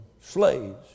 slaves